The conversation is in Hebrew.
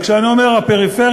כשאני אומר פריפריה,